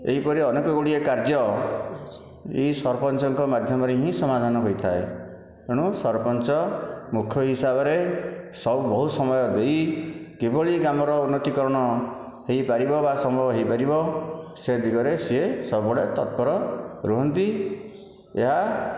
ଏହିପରି ଅନେକଗୁଡ଼ିଏ କାର୍ଯ୍ୟ ଏହି ସରପଞ୍ଚଙ୍କ ମାଧ୍ୟମରେ ହିଁ ସମାଧାନ ହୋଇଥାଏ ତେଣୁ ସରପଞ୍ଚ ମୁଖ୍ୟ ହିସାବରେ ସବୁ ବହୁ ସମୟ ଦେଇ କିଭଳି ଗ୍ରାମର ଉନ୍ନତିକରଣ ହୋଇପାରିବ ବା ସମ୍ଭବ ହୋଇପାରିବ ସେଦିଗରେ ସେ ସବୁବେଳେ ତତ୍ପର ରୁହନ୍ତି ଏହା